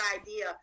idea